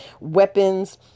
weapons